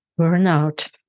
burnout